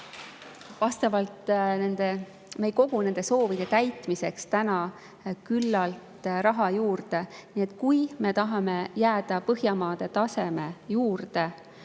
aga me ei kogu nende soovide täitmiseks täna küllalt raha juurde. Nii et kui me tahame jääda Põhjamaade taseme juurde